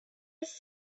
his